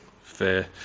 Fair